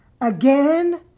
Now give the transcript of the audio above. again